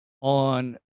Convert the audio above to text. on